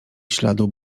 śladu